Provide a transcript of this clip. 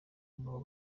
nuwo